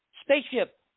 spaceship